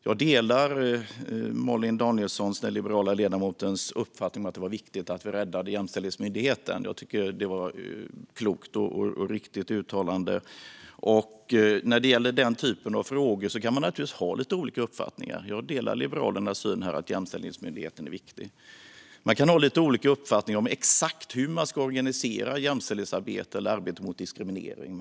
Jag delar den liberala ledamoten Malin Danielssons uppfattning att det var viktigt att vi räddade Jämställdhetsmyndigheten. Jag tycker att det var ett klokt och riktigt uttalande. När det gäller den typen av frågor kan man naturligtvis ha lite olika uppfattningar. Jag delar Liberalernas syn här att Jämställdhetsmyndigheten är viktig. Man kan ha lite olika uppfattning om exakt hur jämställdhetsarbete eller arbete mot diskriminering ska organiseras.